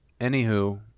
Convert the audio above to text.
Anywho